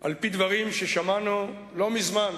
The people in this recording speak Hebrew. על-פי דברים ששמענו לא מזמן,